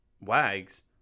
Wags